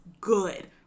good